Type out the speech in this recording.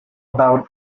about